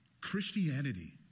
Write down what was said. Christianity